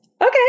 Okay